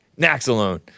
Naxalone